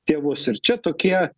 tėvus ir čia tokie